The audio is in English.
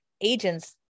agents